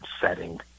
setting